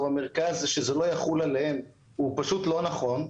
המרכז שזה לא יחול עליהם היא לא נכונה.